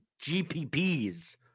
GPPs